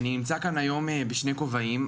אני נמצא כאן היום בשני כובעים,